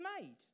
made